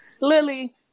Lily